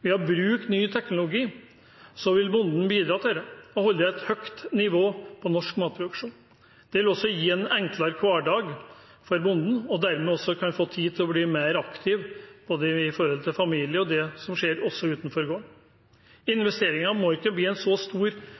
Ved å bruke ny teknologi vil bonden bidra til dette og holde et høyt nivå på norsk matproduksjon. Det vil også gi en enklere hverdag for bonden og dermed også tid til å bli mer aktiv både i forhold til familien og til det som skjer utenfor gården. Investeringene må ikke bli en så stor